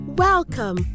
Welcome